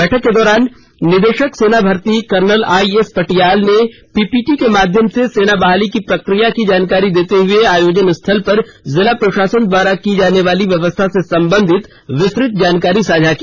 बैठक के दौरान निदेशक सेना भर्ती कर्नल आईएस पटियाल ने पीपीटी के माध्यम से सेना बहाली की प्रक्रिया की जानकारी देते हुए आयोजन स्थल पर जिला प्रशासन द्वारा की जानेवाली व्यवस्था से संबंधित विस्तृत जानकारी साझा की